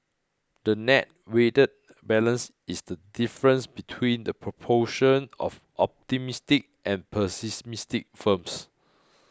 the net weighted balance is the difference between the proportion of optimistic and pessimistic firms